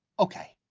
okay.